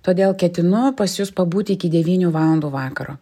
todėl ketinu pas jus pabūti iki devynių valandų vakaro